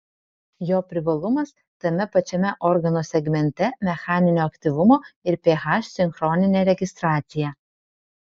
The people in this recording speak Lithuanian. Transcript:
jo privalumas tame pačiame organo segmente mechaninio aktyvumo ir ph sinchroninė registracija